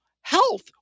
health